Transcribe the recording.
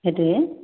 সেইটোৱে